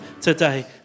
today